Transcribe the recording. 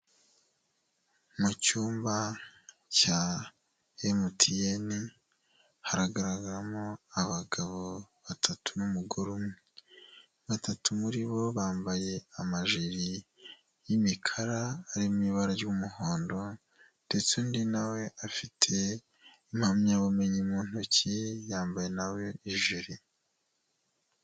Mu cyumba cya MTN haragaragaramo abagabo batatu n'umugore, batatu muri bo bambaye amajiri y'imikara ari mu ibara ry'umuhondo ndetse undi na we afite impamyabumenyi mu ntoki yambaye na we ijiri.